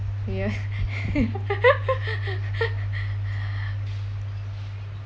ya